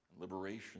liberation